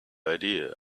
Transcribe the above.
idea